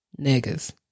niggas